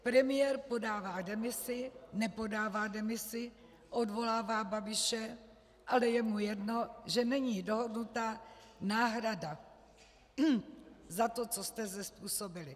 Premiér podává demisi, nepodává demisi, odvolává Babiše, ale je mu jedno, že není dohodnuta náhrada za to, co jste zde způsobili.